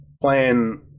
playing